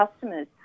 customers